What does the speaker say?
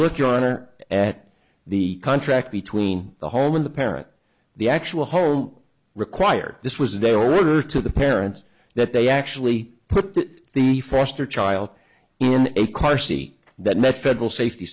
honor at the contract between the home and the parent the actual home required this was a day or two the parents that they actually put the foster child in a car seat that met federal safety